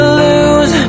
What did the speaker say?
lose